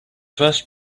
first